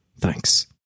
Thanks